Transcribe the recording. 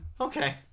Okay